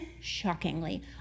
shockingly